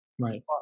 Right